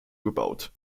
gebaut